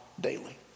daily